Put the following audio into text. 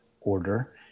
order